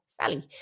Sally